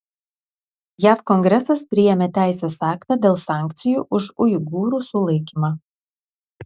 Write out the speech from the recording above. jav kongresas priėmė teisės aktą dėl sankcijų už uigūrų sulaikymą